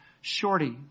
shorty